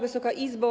Wysoka Izbo!